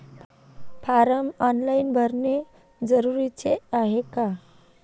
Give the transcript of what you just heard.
Form online भरने जरुरीचे हाय का?